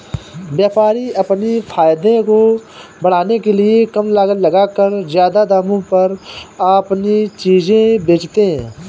व्यापारी अपने फायदे को बढ़ाने के लिए कम लागत लगाकर ज्यादा दामों पर अपनी चीजें बेचते है